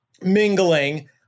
mingling